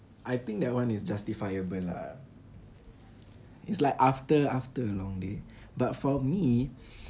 I think that one is justifiable lah it's like after after a long day but for me